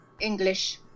English